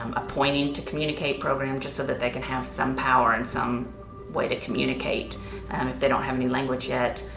um a pointing to communicate program just so that they can have some power and some way to communicate and if they don't have any language yet.